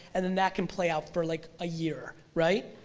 and then that can play out for like a year, right?